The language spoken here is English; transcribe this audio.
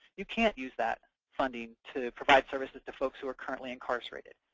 you can't use that funding to provide services to folks who are currently incarcerated.